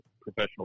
professional